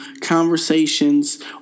conversations